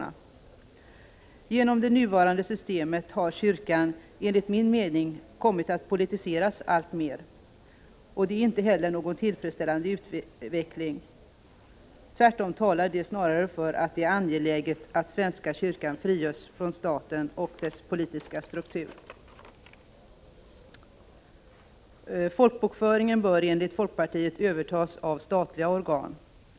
På grund av det nuvarande systemet har kyrkan, enligt min mening, kommit att politiseras alltmer. Inte heller det är någon tillfredsställande utveckling. Tvärtom talar det snarare för att det är angeläget att svenska kyrkan frigörs från staten och dess politiska struktur. Folkbokföringen bör enligt folkpartiet övertas av statliga organ.